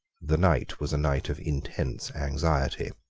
the night was a night of intense anxiety.